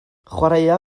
chwaraea